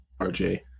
RJ